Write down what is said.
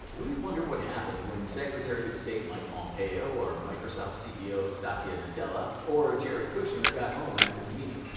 we wonder what happened when secretary of state mike pompeo, or microsoft ceo satya nadella, or jared kushner, got home after the meeting.